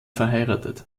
verheiratet